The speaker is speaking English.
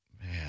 Man